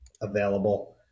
available